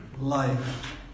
life